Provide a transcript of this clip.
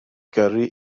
gyrru